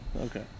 Okay